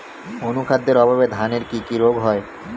অনুখাদ্যের অভাবে ধানের কি কি রোগ হয়?